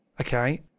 Okay